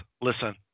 listen